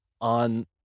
on